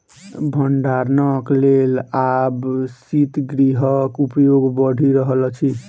भंडारणक लेल आब शीतगृहक उपयोग बढ़ि रहल अछि